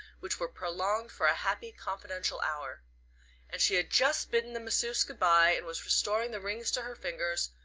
which were prolonged for a happy confidential hour and she had just bidden the masseuse good-bye, and was restoring the rings to her fingers,